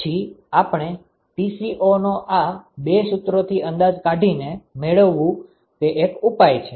પછી આપણે Tco નો આ બે સુત્રોથી અંદાજ કાઢીને મેળવવુ તે એક ઉપાય છે